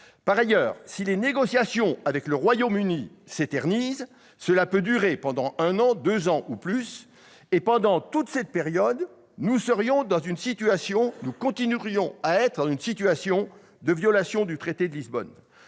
Par ailleurs, les négociations avec le Royaume-Uni peuvent s'éterniser et durer pendant un an, deux ans ou plus : pendant toute cette période, nous continuerions à être dans une situation de violation du traité de Lisbonne.